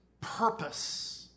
purpose